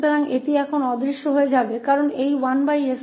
तो वह अब गायब हो जाएगा क्योंकि इस वजह से 1s2 है